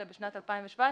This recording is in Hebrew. בשנת 2017,